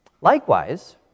Likewise